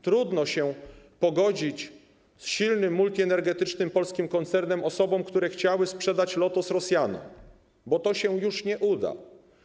Trudno się pogodzić z silnym multienergetycznym polskim koncernem osobom, które chciały sprzedać Lotos Rosjanom, bo to się już nie uda.